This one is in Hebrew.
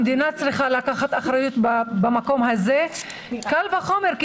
המדינה צריכה לקחת אחריות במקום הזה מקל וחומר.